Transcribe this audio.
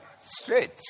Straight